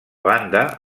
banda